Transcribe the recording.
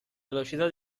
velocità